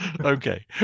Okay